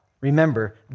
Remember